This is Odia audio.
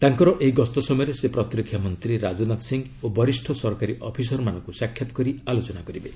ତାଙ୍କର ଏହି ଗସ୍ତ ସମୟରେ ସେ ପ୍ରତିରକ୍ଷା ମନ୍ତ୍ରୀ ରାଜନାଥ ସିଂହ ଓ ବରିଷ୍ଠ ସରକାରୀ ଅଫିସରମାନଙ୍କୁ ସାକ୍ଷାତ୍ କରି ଆଲୋଚନା କରିବେ